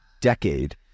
decade